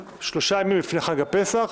שלושה ימים לפני חג הפסח.